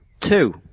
Two